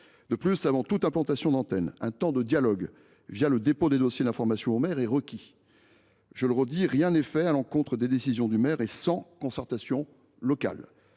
De plus, avant toute implantation d’antenne, un temps de dialogue est instauré la communication des dossiers d’information aux maires. Je le redis, rien n’est fait à l’encontre des décisions du maire et sans concertation locale.